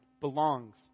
belongs